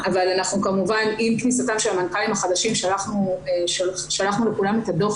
אבל אנחנו כמובן עם כניסתם של המנכ"לים החדשים שלחנו לכולם את הדו"ח